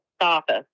office